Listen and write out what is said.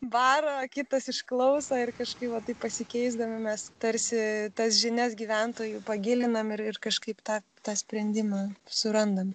varo kitas išklauso ir kažkaip va taip pasikeisdami mes tarsi tas žinias gyventojų pagilinam ir kažkaip tą tą sprendimą surandam